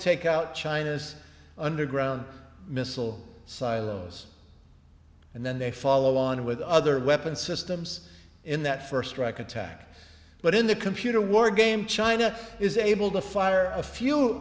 take out china's underground missile silos and then they follow on with other weapon systems in that first strike attack but in the computer wargame china is able to fire a few